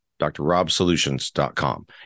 drrobsolutions.com